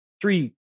three